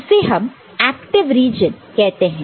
उसे हम active region कहते हैं